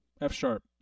F-sharp